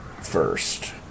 first